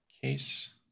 case